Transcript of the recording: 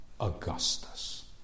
Augustus